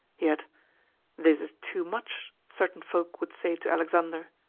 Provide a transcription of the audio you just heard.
yet this is too much, certain folk would say to alexander.